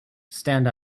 stand